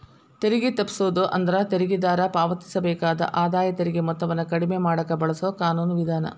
ತೆರಿಗೆ ತಪ್ಪಿಸೋದು ಅಂದ್ರ ತೆರಿಗೆದಾರ ಪಾವತಿಸಬೇಕಾದ ಆದಾಯ ತೆರಿಗೆ ಮೊತ್ತವನ್ನ ಕಡಿಮೆ ಮಾಡಕ ಬಳಸೊ ಕಾನೂನು ವಿಧಾನ